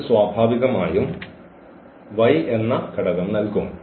ഇത് സ്വാഭാവികമായും y എന്ന ഘടകം നൽകും